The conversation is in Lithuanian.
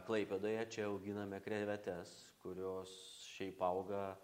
klaipėdoje čia auginame krevetes kurios šiaip auga